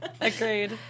Agreed